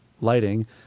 lighting